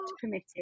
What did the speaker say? permitted